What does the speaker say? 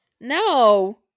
No